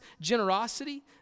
generosity